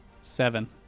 Seven